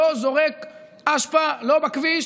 ולא זורק אשפה לא בכביש,